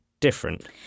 different